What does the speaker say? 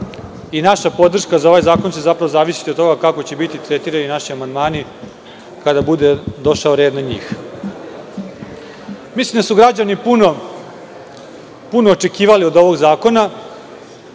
i naša podrška za ovaj zakon će zapravo zavisiti od toga kako će biti tretirani naši amandmani kada bude došao red na njih. Mislim da su građani puno očekivali od ovog zakona,